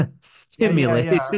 stimulation